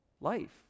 life